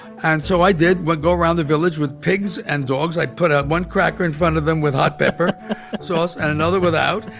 and so i did, would go around the village with pigs and dogs. i put out one cracker in front of them with hot pepper sauce and another without.